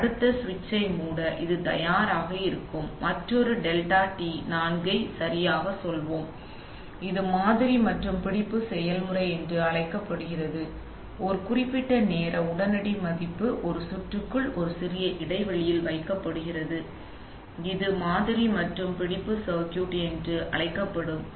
அடுத்த சுவிட்சை மூட இது தயாராக இருக்கும் மற்றொரு டெல்டா டி 4 ஐ சரியாகச் சொல்வோம் எனவே இது மாதிரி மற்றும் பிடிப்பு செயல்முறை என்று அழைக்கப்படுகிறது அங்கு ஒரு குறிப்பிட்ட நேர உடனடி மதிப்பு ஒரு சுற்றுக்குள் ஒரு சிறிய இடைவெளியில் வைக்கப்படுகிறது இது மாதிரி மற்றும் பிடிப்பு சர்க்யூட் என்று அழைக்கப்படுகிறது